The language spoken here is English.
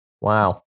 Wow